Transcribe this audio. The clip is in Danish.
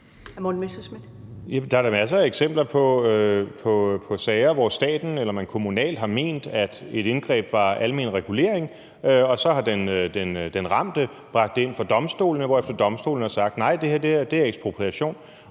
er da masser af eksempler på sager, hvor staten eller hvor man kommunalt har ment, at et indgreb var almen regulering, og så har den ramte bragt det ind for domstolene, hvorefter domstolene har sagt, at nej, det her er ekspropriation,